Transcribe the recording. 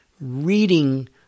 reading